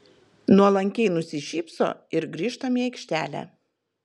nuolankiai nusišypso ir grįžtam į aikštelę